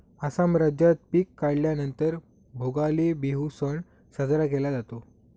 आसाम राज्यात पिक काढल्या नंतर भोगाली बिहू सण साजरा केला जातो